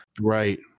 Right